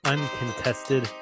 Uncontested